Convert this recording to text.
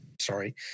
sorry